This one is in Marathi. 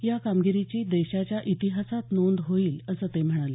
या कामगिरीची देशाच्या इतिहासात नोंद होईल असं ते म्हणाले